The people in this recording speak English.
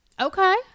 okay